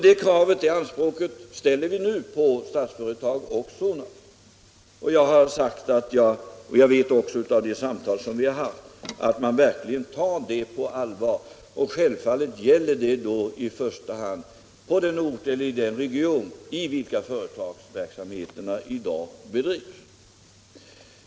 Det kravet ställer vi nu på Statsföretag och Sonab. Efter de samtal vi haft vet jag också att man verkligen tar detta på allvar. Självfallet gäller då detta främst de orter och de regioner i vilka företagets verksamheter i dag bedrivs.